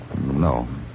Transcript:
No